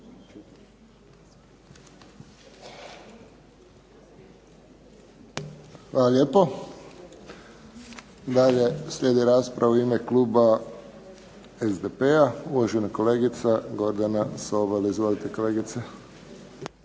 Hvala lijepo. Dalje slijedi rasprava u ime kluba SDP-a uvažena kolegica Gordana Sobol. Izvolite.